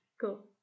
cool